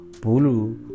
Pulu